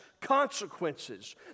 consequences